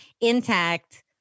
intact